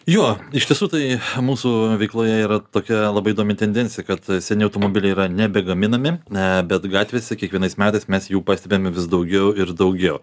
jo iš tiesų tai mūsų veikloje yra tokia labai įdomi tendencija kad seni automobiliai yra nebegaminami bet gatvėse kiekvienais metais mes jų pastebime vis daugiau ir daugiau